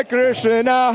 Krishna